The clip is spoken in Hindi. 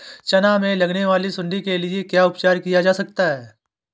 चना में लगने वाली सुंडी के लिए क्या उपाय किया जा सकता है?